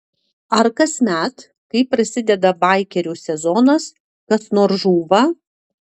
ar kasmet kai prasideda baikerių sezonas kas nors žūva